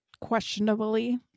questionably